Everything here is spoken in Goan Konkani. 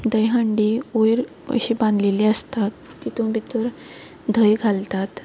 धंय हंडी अशी वयर बांदलेली आसता तेतूंन भितर धंय घालतात